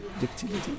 Ductility